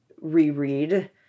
reread